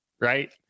right